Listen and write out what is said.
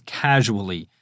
casually